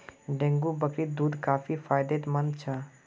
dengue बकरीर दूध काफी फायदेमंद ह छ